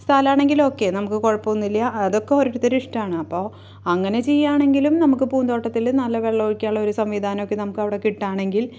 സ്ഥലാണെങ്കിലോക്കെ നമുക്ക് കുഴപ്പമൊന്നുമില്ല അതൊക്കെ ഓരോരുത്തരുടെ ഇഷ്ടമാണ് അപ്പോള് അങ്ങനെ ചെയ്യാണെങ്കിലും നമുക്ക് പൂന്തോട്ടത്തില് നല്ല വെള്ളം ഒഴിക്കാനുള്ള ഒരു സംവിധാനമൊക്കെ നമുക്ക് അവിടെ കിട്ടുകയാണെങ്കിൽ